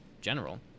general